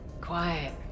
Quiet